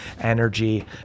energy